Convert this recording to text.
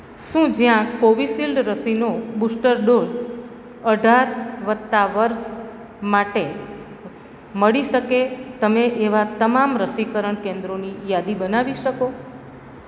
શું જ્યાં કોવિશીલ્ડ રસીનો બુસ્ટર ડોઝ અઢાર વત્તા વર્ષ માટે મળી શકે તમે એવાં તમામ રસીકરણ કેન્દ્રોની યાદી બનાવી શકો